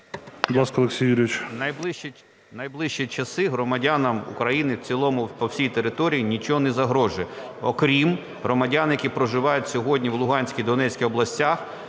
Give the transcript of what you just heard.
В найближчі часи громадянам України в цілому по всій території нічого не загрожує, окрім, громадян, які проживають сьогодні в Луганській, Донецькій областях,